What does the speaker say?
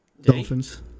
Dolphins